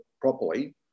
properly